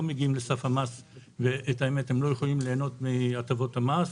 מגיעים לסף המס והם לא יכולים ליהנות מהטבות המס.